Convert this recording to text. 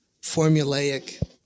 formulaic